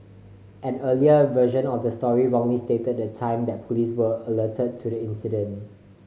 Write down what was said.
an earlier version of the story wrongly stated the time that police were alerted to the incident